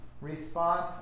response